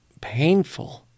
painful